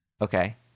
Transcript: Okay